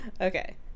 Okay